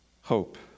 hope